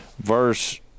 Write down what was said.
Verse